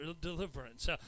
deliverance